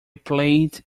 played